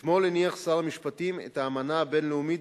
אתמול הניח שר המשפטים את האמנה הבין-לאומית